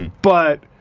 but,